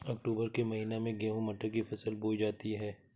अक्टूबर के महीना में गेहूँ मटर की फसल बोई जाती है